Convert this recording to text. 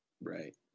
right